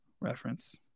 reference